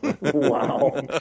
Wow